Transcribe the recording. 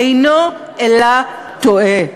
אינו אלא טועה.